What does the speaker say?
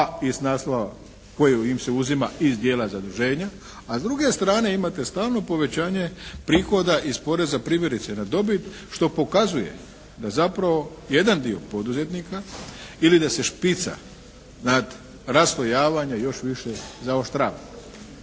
pa i s naslova koji im se uzima iz dijela zaduženja, a s druge strane imate stalno povećanje prihoda iz poreza primjerice na dobit što pokazuje da zapravo jedan dio poduzetnika ili da se špica znate raslojavanja još više zaoštrava.